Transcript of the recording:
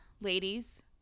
Ladies